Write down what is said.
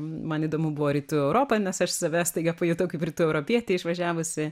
man įdomu buvo rytų europa nes aš save staiga pajutau kaip rytų europietė išvažiavusi